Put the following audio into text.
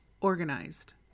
organized